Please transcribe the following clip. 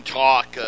talk